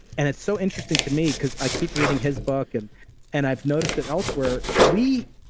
and it's so interesting to me because i keep reading his book and and i've noticed that elsewhere, we,